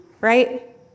Right